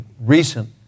recent